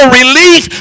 relief